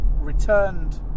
returned